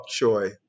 choy